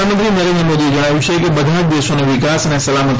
પ્રધાનમંત્રી નરેન્દ્ર મોદીએ જણાવ્યું છેકે બધા જ દેશોનો વિકાસ અને સલામતી